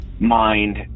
mind